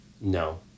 no